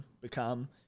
become